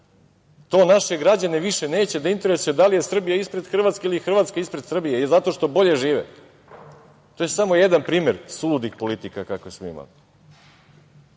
To naše građane neće više da interesuje, da li je Srbija ispred Hrvatske ili je Hrvatska ispred Srbije, zato što bolje žive. To je samo jedan primer suludih politika kakve smo imali. Ovaj